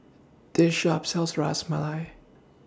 This Shop sells Ras Malai